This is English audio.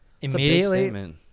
immediately